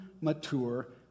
mature